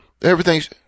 Everything's